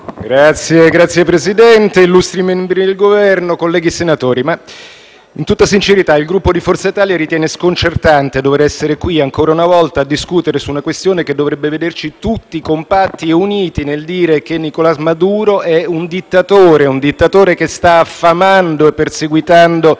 Signor Presidente, illustri membri del Governo, colleghi senatori, in tutta sincerità il Gruppo Forza Italia ritiene sconcertante dover essere qui, ancora una volta, a discutere su una questione che dovrebbe vederci tutti compatti e uniti nel dire che Nicolás Maduro è un dittatore, che sta affamando e perseguitando